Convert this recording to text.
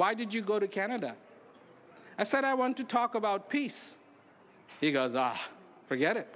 why did you go to canada i said i want to talk about peace because i forget it